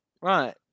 Right